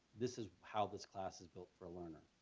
this is how this class is built for learner,